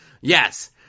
Yes